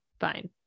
fine